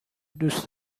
دوست